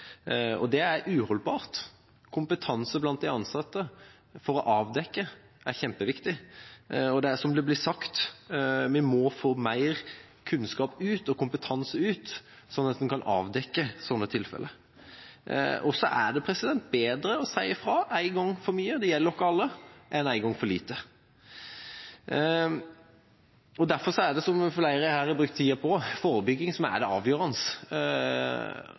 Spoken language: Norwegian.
og det er uholdbart. Det er kjempeviktig at de ansatte har kompetanse for å avdekke slike forhold, og vi må – som det blir sagt – få ut mer kunnskap og mer kompetanse sånn at en kan avdekke sånne tilfeller. Det er bedre å si fra en gang for mye – og det gjelder oss alle – enn en gang for lite. Derfor er det – som flere her har brukt taletid på – forebygging som er det avgjørende,